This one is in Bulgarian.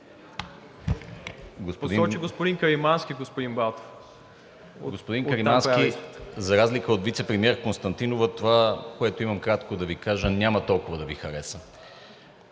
Господин Каримански, за разлика от вицепремиер Константинова това, което имам кратко да Ви кажа, няма толкова да Ви хареса.